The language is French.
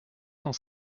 cent